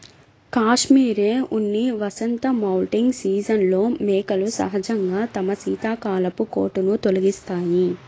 cashmere ఉన్ని వసంత moulting సీజన్లో మేకలు సహజంగా తమ శీతాకాలపు కోటును తొలగిస్తాయి